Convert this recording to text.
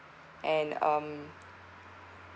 and um